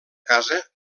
casa